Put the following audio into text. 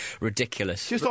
ridiculous